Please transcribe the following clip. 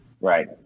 right